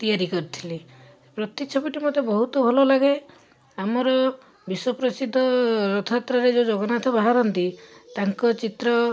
ତିଆରି କରିଥିଲି ପ୍ରତିଛବିଟି ମୋତେ ବହୁତ ଭଲଲାଗେ ଆମର ବିଶ୍ଵପ୍ରସିଦ୍ଧ ରଥଯାତ୍ରାରେ ଯେଉଁ ଜଗନ୍ନାଥ ବାହାରନ୍ତି ତାଙ୍କ ଚିତ୍ର